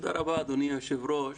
תודה רבה, אדוני היושב ראש.